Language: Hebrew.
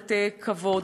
שמעוררת כבוד.